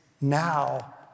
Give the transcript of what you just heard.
now